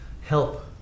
help